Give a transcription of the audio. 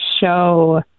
show